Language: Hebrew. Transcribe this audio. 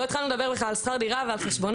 לא התחלנו לדבר בכלל על שכר דירה וחשבונות.